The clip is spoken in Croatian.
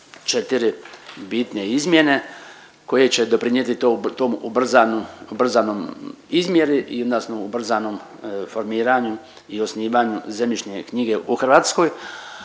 četiri bitne izmjene koje će doprinijeti toj ubrzanoj izmjeri i onda smo u ubrzanom formiranju i osnivanju zemljišne knjige u Hrvatskoj,